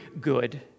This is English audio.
good